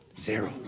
Zero